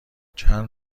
چند